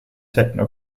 techno